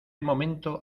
momento